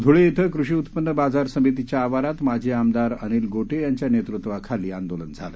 धुळे इथं कृषी उत्पन्न बाजार समितीच्या आवारात माजी आमदार अनिल गोटे यांच्या नेतृत्वाखाली आंदोलन झालं